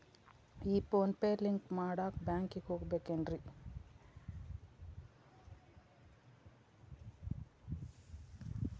ಈ PhonePe link ಮಾಡಾಕ ಬ್ಯಾಂಕಿಗೆ ಹೋಗ್ಬೇಕೇನ್ರಿ?